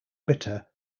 bitter